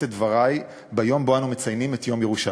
את דברי ביום שבו אנו מציינים את יום ירושלים.